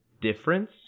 difference